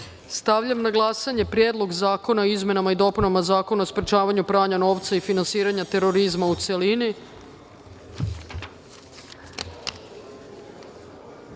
amandman. Stavljam na glasanje Predlog zakona o izmenama i dopunama Zakona o sprečavanju pranja novca i finansiranja terorizma.